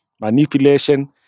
manipulation